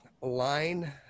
line